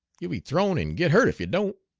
you'll be thrown and get hurt if you don't.